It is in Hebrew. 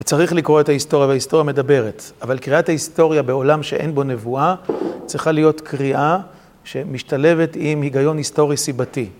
צריך לקרוא את ההיסטוריה וההיסטוריה מדברת. אבל קריאת ההיסטוריה בעולם שאין בו נבואה, צריכה להיות קריאה שמשתלבת עם היגיון היסטורי סיבתי.